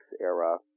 era